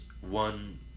One